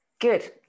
Good